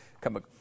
come –